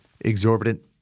exorbitant